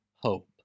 hope